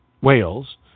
Wales